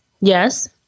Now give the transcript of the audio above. Yes